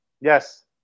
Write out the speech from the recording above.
Yes